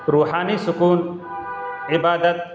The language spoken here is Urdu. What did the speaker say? روحانی سکون عبادت